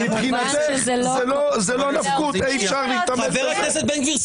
מבחינתך זה לא נפקות --- חבר הכנסת בן גביר,